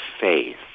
faith